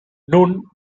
nun